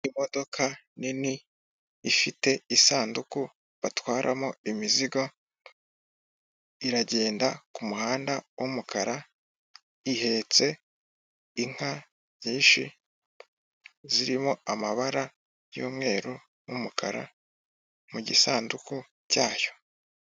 Imodoka nini ifite isanduku batwaramo imizingo, iragenda ku muhanda w'umukara. Ihetse inka nyinshi zirimo amabara y'umweru n'umukara, mu gisanduku cyayo.